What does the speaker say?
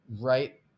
right